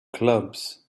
clubs